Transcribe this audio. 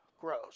grows